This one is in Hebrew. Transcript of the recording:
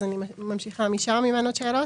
אז אני ממשיכה משם, אם אין עוד שאלות.